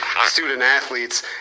student-athletes